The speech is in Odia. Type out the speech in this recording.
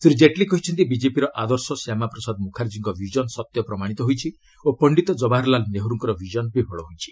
ଶ୍ରୀ ଜେଟଲୀ କହିଛନ୍ତି ବିଜେପିର ଆଦର୍ଶ ଶ୍ୟାମାପ୍ରସାଦ ମୁଖାର୍ଜୀଙ୍କ ଭିଜନ୍ ସତ୍ୟ ପ୍ରମାଣିତ ହୋଇଛି ଓ ପଣ୍ଡିତ କବାହାରଲାଲ ନେହେରୁଙ୍କ ଭିଜନ୍ ବିଫଳ ହୋଇଛି